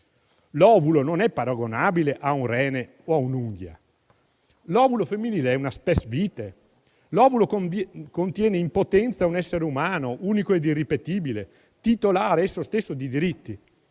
L'ovulo non è paragonabile a un rene o a un'unghia. L'ovulo femminile è una *spes vitae*. L'ovulo contiene in potenza un essere umano unico e irripetibile, titolare esso stesso di diritti;